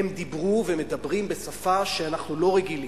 הם דיברו ומדברים בשפה שאנחנו לא רגילים.